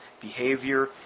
behavior